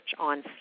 on